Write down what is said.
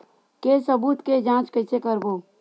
के सबूत के जांच कइसे करबो?